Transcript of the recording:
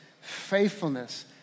faithfulness